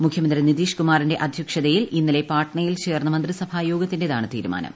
മുഖ്യമന്ത്രി നിതീഷ് കുമാറിന്റെ അധൃക്ഷതയിൽ ഇന്നലെ പാട്നയിൽ ചേർന്ന മന്ത്രിസഭാ യോഗത്തിന്റേതാണ് തീരുമാനം